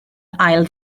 ail